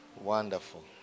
Wonderful